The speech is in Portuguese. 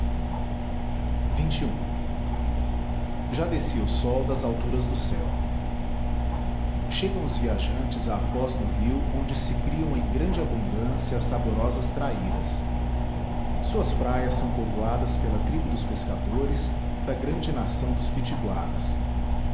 a refeição já descia o sol das alturas do céu chegam os viajantes à foz do rio onde se criam em grande abundância as saborosas traíras suas praias são povoadas pela tribo dos pescadores da grande nação dos